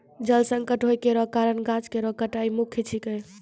जल संकट होय केरो कारण गाछ केरो कटाई मुख्य छिकै